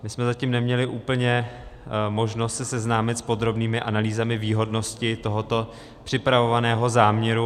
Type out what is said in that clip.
My jsme zatím neměli úplně možnost se seznámit s podrobnými analýzami výhodnosti tohoto připravovaného záměru.